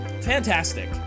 Fantastic